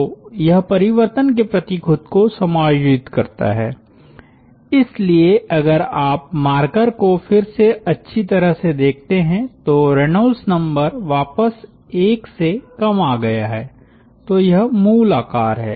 तो यह परिवर्तन के प्रति खुद को समायोजित करता है इसलिए अगर आप मार्कर को फिर से अच्छी तरह से देखते हैं तो रेनॉल्ड्स नंबर वापस एक से कम आ गया है तो यह मूल आकार है